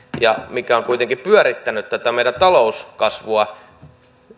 mikä on kuitenkin pyörittänyt tätä meidän talouskasvua